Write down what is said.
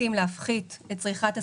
ממליצים להפחית את צריכת הסוכר.